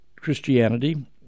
Christianity